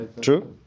True